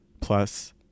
plus